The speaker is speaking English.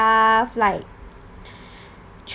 like